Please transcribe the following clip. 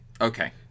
Okay